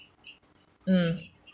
mm